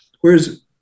Whereas